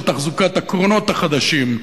של תחזוקת הקרונות החדשים,